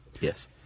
Yes